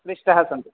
पृष्ठाः सन्ति